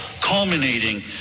culminating